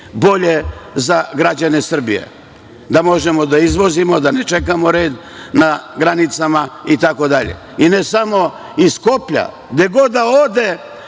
bolje za građane Srbije, da možemo da izvozimo, da ne čekamo red na granicama itd.I ne samo iz Skoplja, gde god da ode